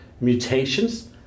mutations